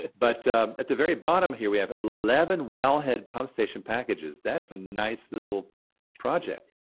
but at the very bottom here, we have eleven wellhead pump station packages. that's a nice little project.